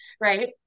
right